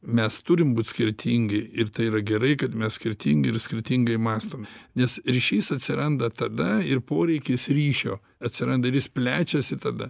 mes turim būt skirtingi ir tai yra gerai kad mes skirtingi ir skirtingai mąstome nes ryšys atsiranda tada ir poreikis ryšio atsiranda ir jis plečiasi tada